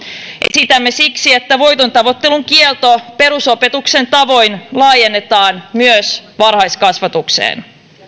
esitämme siksi että voitontavoittelun kielto perusopetuksen tavoin laajennetaan myös varhaiskasvatukseen